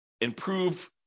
improve